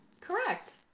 Correct